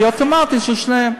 זה אוטומטית של שניהם.